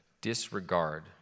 disregard